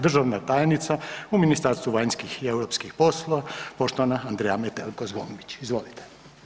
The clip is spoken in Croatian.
Državna tajnica u Ministarstvu vanjskih i europskih poslova, poštovana Andreja Metelko-Zgombić, izvolite.